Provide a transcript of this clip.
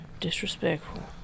Disrespectful